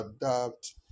adapt